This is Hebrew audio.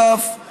ונוסף על כך,